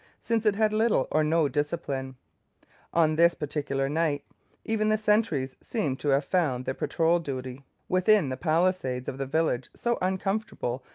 since it had little or no discipline on this particular night even the sentries seem to have found their patrol duty within the palisades of the village so uncomfortable,